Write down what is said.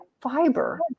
fiber